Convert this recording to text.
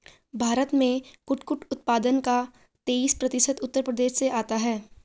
भारत में कुटकुट उत्पादन का तेईस प्रतिशत उत्तर प्रदेश से आता है